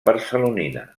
barcelonina